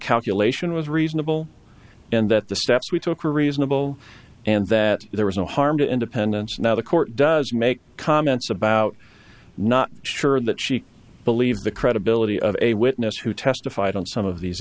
calculation was reasonable and that the steps we took were reasonable and that there was no harm to independents now the court does make comments about not sure that she believes the credibility of a witness who testified on some of these